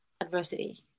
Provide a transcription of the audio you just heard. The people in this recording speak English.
adversity